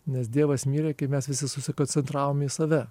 nes dievas mirė kai mes visi susikoncentravom į save